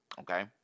Okay